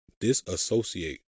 disassociate